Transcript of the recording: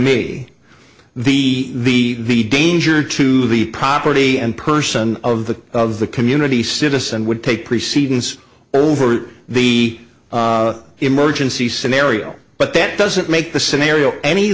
me the the danger to the property and person of the of the community citizen would take precedings over the emergency scenario but that doesn't make the scenario any